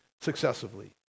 successively